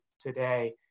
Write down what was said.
today